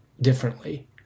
differently